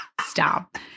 Stop